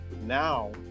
now